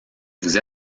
vous